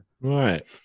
right